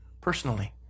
personally